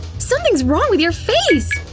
something's wrong with your face!